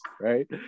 right